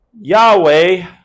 Yahweh